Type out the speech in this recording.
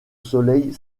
soleil